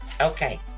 okay